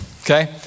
Okay